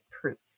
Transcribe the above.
proof